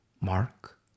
Mark